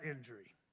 injury